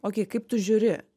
okei kaip tu žiūri